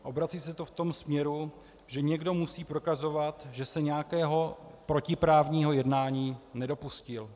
A obrací se to v tom směru, že někdo musí prokazovat, že se nějakého protiprávního jednání nedopustil.